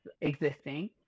existing